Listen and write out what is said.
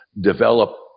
develop